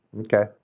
Okay